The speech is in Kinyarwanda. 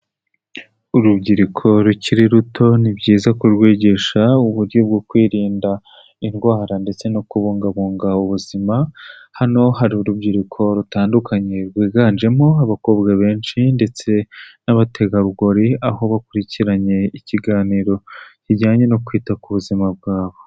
Urubyiruko rukiri ruto, ni byiza kurwigisha uburyo bwo kwirinda indwara ndetse no kubungabunga ubuzima, hano hari urubyiruko rutandukanye rwiganjemo abakobwa benshi ndetse n'abategarugori, aho bakurikiranye ikiganiro kijyanye no kwita ku buzima bwabo.